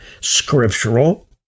scriptural